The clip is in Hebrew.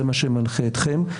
זה מה שמנחה אתכם,